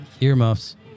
Earmuffs